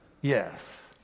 Yes